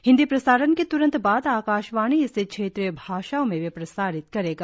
हिंदी प्रसारण के त्रंत बाद आकाशवाणी इसे क्षेत्रीय भाषाओं में भी प्रसारित करेगा